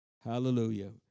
Hallelujah